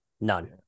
None